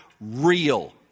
real